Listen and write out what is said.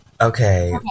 Okay